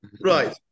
Right